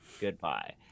goodbye